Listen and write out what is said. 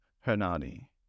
Hernani